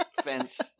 fence